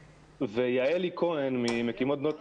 יעלי כהן, ממקימות בני יהודה,